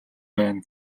байна